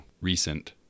recent